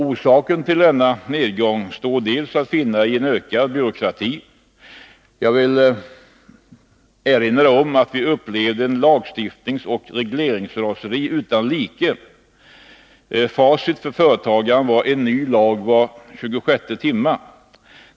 Orsaken till denna nedgång står delvis att finna i ökad byråkrati. Jag vill erinra om att vi då upplevde ett lagstiftningsoch regleringsraseri utan like. Facit för företagaren var en ny lag var tjugosjätte timme.